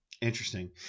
Interesting